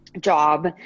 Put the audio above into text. job